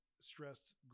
stressed